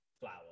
flower